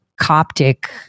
Coptic